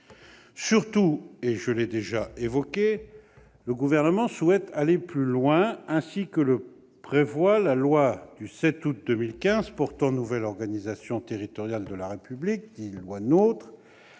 Surtout, comme je l'ai déjà évoqué, le Gouvernement souhaite aller plus loin, ainsi que le prévoit la loi du 7 août 2015 portant nouvelle organisation territoriale de la République, dite loi NOTRe,